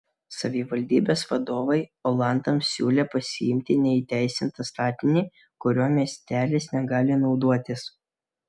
savivaldybės vadovai olandams siūlė pasiimti neįteisintą statinį kuriuo miestelis negali naudotis